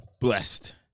Blessed